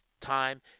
time